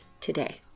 today